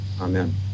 amen